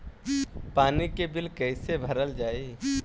पानी के बिल कैसे भरल जाइ?